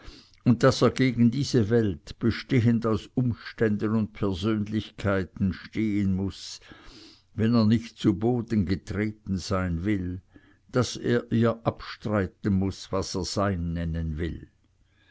und daß er gegen diese welt bestehend aus umständen und persönlichkeiten stehen muß wenn er nicht zu boden getreten sein will daß er ihr abstreiten muß was er sein nennen will